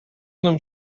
нам